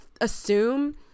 assume